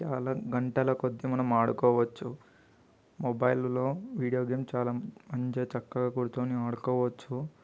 చాలా గంటల కొద్ది మనం ఆడుకోవచ్చు మొబైల్లో వీడియో గేమ్ చాలా మంచిగా చక్కగా కూర్చొని ఆడుకోవచ్చు